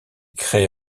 crée